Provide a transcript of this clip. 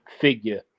figure